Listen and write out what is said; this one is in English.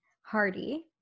hardy